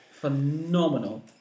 phenomenal